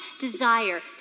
desire